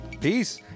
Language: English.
Peace